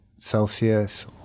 Celsius